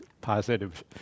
positive